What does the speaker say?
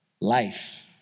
life